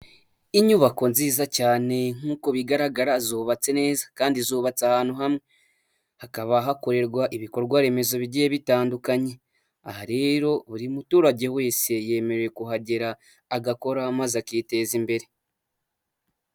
Inyubako nziza cyane nk'uko bigaragara zubatse neza kandi zubatse ahantu hamwe, hakaba hakorerwa ibikorwa remezo bigiye bitandukanye, aha rero buri muturage wese yemerewe kuhagera agakora maze akiteza imbere.